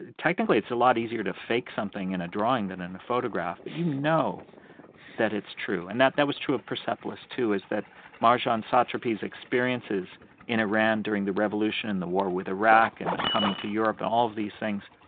technically, it's a lot easier to fake something in a drawing than in a photograph that but you know that it's true. and that that was true of persepolis, too, is that marjane satrapi's experiences in iran during the revolution, and the war with iraq, and coming to europe, and all of these things.